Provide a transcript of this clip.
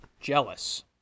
Jealous